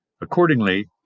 Accordingly